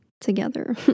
together